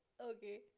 okay